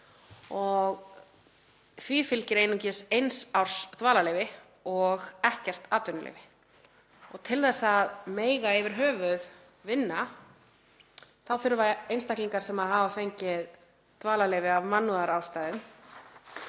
og því fylgir einungis eins árs dvalarleyfi og ekkert atvinnuleyfi. Til að mega yfir höfuð vinna þá þurfa einstaklingar sem hafa fengið dvalarleyfi af mannúðarástæðum